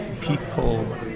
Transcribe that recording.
people